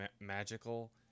magical